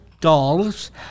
Dolls